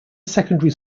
secondary